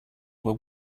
were